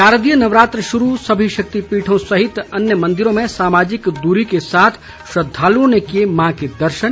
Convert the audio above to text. शारदीय नवरात्र शुरू सभी शक्तिपीठों सहित अन्य मंदिरों में सामाजिक दूरी के साथ श्रद्वालुओं ने किए मां के दर्शन